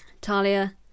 talia